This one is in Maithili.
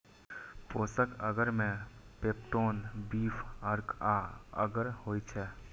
पोषक अगर मे पेप्टोन, बीफ अर्क आ अगर होइ छै